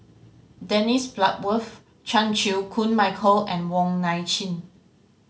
Dennis Bloodworth Chan Chew Koon Michael and Wong Nai Chin